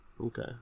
Okay